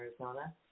Arizona